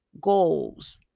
goals